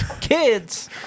Kids